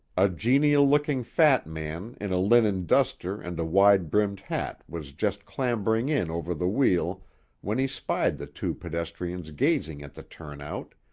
a genial-looking fat man in a linen duster and a wide-brimmed hat was just clambering in over the wheel when he spied the two pedestrians gazing at the turnout,